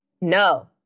No